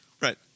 Right